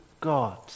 God